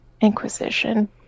Inquisition